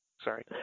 Sorry